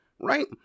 right